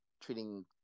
treating